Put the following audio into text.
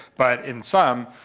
but in sum,